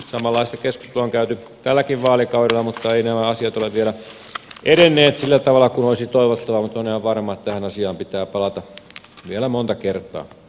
samanlaista keskustelua on käyty tälläkin vaalikaudella mutta eivät nämä asiat ole vielä edenneet sillä tavalla kuin olisi toivottavaa mutta olen ihan varma että tähän asiaan pitää palata vielä monta kertaa